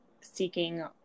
seeking